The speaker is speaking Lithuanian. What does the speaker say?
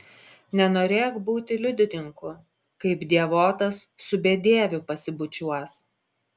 nenorėk būti liudininku kaip dievotas su bedieviu pasibučiuos